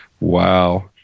Wow